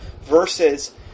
versus